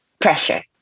pressure